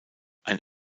ein